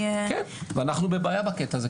ואנחנו בבעיה בקטע הזה.